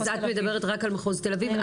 אז את מדברת רק על מחוז תל אביב.